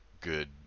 good